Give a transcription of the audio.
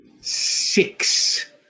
six